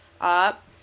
up